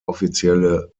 offizielle